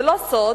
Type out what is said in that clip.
זה לא סוד,